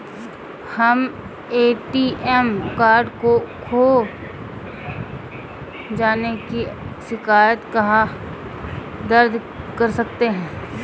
हम ATM card खो जाने की शिकायत कहाँ दर्ज कर सकते हैं?